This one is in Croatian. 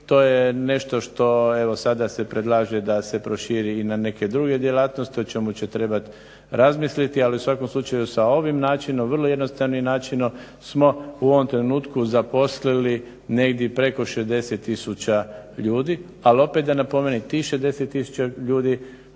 to je nešto što evo sada se predlaže da se proširi i na neke druge djelatnosti o čemu će trebati razmisliti, ali u svakom slučaju sa ovim načinom vrlo jednostavnim načinom smo u ovom trenutku zaposlili negdje preko 60 tisuća ljudi, ali opet da napomenem tih 60 tisuća ljudi